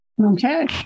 okay